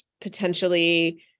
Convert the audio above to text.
potentially